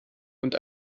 und